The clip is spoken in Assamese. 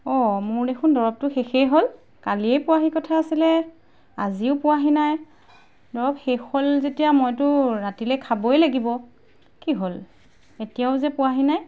অঁ মোৰ দেখোন দৰৱটো শেষেই হ'ল কালিয়েই পোৱাহি কথা আছিলে আজিও পোৱাহি নাই দৰৱ শেষ হ'ল যেতিয়া মইতো ৰাতিলে খাবই লাগিব কি হ'ল এতিয়াও যে পোৱাহি নাই